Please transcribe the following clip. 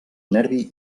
nervi